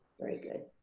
very good.